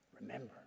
Remember